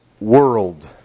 world